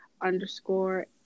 underscore